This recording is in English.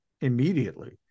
immediately